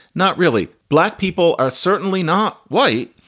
not really. black people are certainly not white,